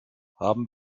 haben